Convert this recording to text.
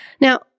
Now